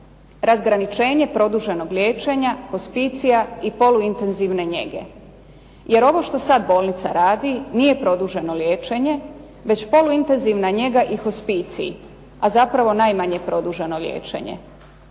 razgraničenje produženog liječenja hospicija i polu intenzivne njege. Jer ovo što sad bolnica radi nije produženo liječenje već poluintenzivna njega i hospicij, a zapravo najmanje produženo liječenje.